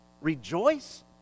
Rejoice